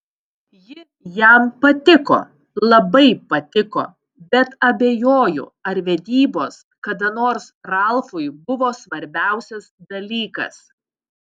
ji jam patiko labai patiko bet abejoju ar vedybos kada nors ralfui buvo svarbiausias dalykas